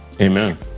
Amen